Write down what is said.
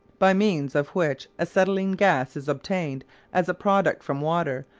by means of which acetylene gas is obtained as a product from water,